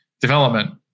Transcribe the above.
development